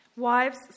Wives